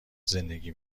زندگی